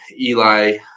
eli